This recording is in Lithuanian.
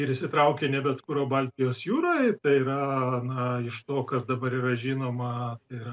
ir įsitraukė ne bet kur o baltijos jūroj tai yra na iš to kas dabar yra žinoma tai yra